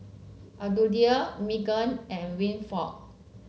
Elodie Meagan and Winford